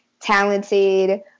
talented